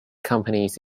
companies